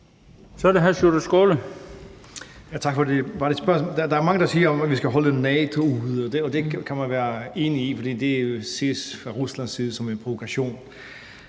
Skaale. Kl. 19:59 Sjúrður Skaale (JF): Tak for det. Der er mange, der siger, at vi skal holde NATO ude, og det kan man være enig i, for det ses fra Ruslands side som en provokation.